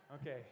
Okay